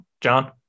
John